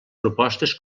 propostes